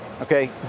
Okay